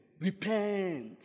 repent